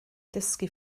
dysgu